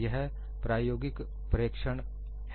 यह प्रायोगिक प्रेक्षण है